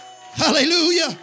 Hallelujah